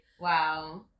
Wow